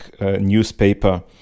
newspaper